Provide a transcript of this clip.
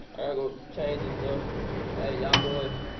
go change and stuff. hey y'all boys.